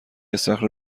استخر